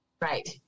Right